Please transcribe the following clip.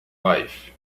life